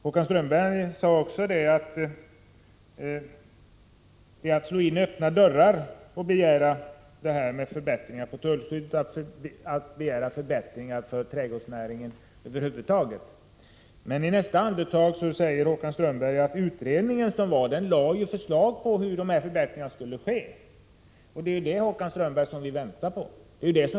Håkan Strömberg sade också att krav på förbättringar av tullskyddet eller på förbättringar över huvud taget är detsamma som att slå in öppna dörrar. I nästa andetag säger Håkan Strömberg dock att den utredning som gjorts lade fram förslag till förbättringar, och det är dessa, Håkan Strömberg, som vi väntar på.